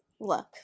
look